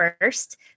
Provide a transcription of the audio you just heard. first